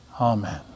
Amen